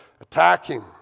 attacking